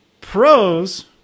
pros